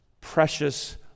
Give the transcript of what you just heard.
precious